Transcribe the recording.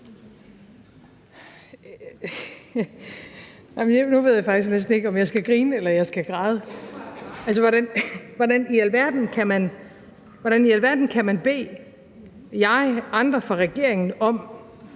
hvordan i alverden kan man bede mig og andre fra regeringen om